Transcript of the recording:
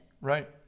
Right